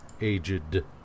aged